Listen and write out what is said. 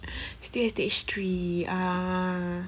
still at stage three ah